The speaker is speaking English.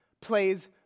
plays